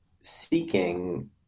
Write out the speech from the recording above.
seeking